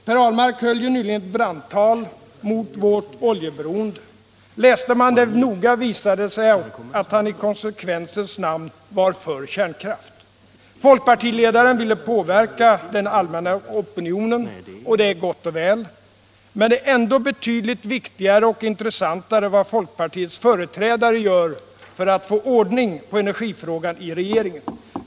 Han höll ju nyligen ett brandtal mot vårt oljeberoende. Läste man det noga visade det sig att han i konsekvensens namn var för kärnkraft. Folkpartiledaren ville påverka den allmänna opinionen, och det är gott och väl. Men det är ändå betydligt viktigare och intressantare vad folkpartiets företrädare gör för att få ordning på energifrågan i regeringen.